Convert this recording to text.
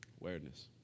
awareness